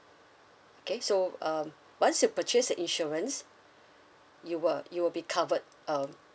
okay so um once you purchase the insurance you were you will be covered um